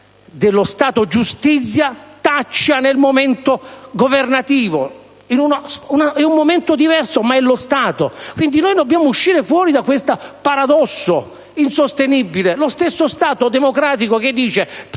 dello Stato giustizia, taccia nel momento governativo? È un momento diverso, ma è lo Stato. Dobbiamo uscire da questo paradosso insostenibile: lo stesso Stato democratico che afferma